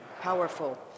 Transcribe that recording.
powerful